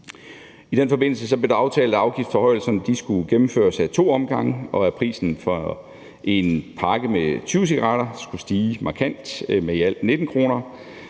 I den forbindelse blev det aftalt, at afgiftsforhøjelserne skulle gennemføres ad to omgange, og at prisen for en pakke med 20 cigaretter skulle stige markant med i alt 19 kr.